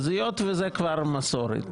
אז היות שזו כבר מסורת,